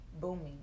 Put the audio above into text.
booming